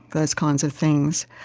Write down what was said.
those kinds of things.